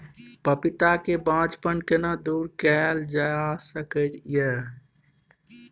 पपीता के बांझपन केना दूर कैल जा सकै ये?